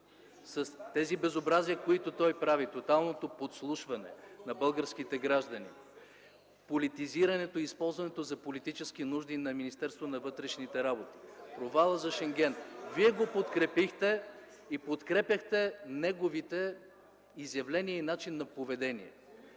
с тези безобразия, които той прави – тоталното подслушване на българските граждани, политизирането и използването за политически нужди на Министерството на вътрешните работи, провала за Шенген, вие го подкрепихте и подкрепяхте неговите изявления и начин на поведение